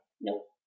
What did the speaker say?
Nope